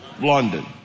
London